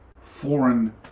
foreign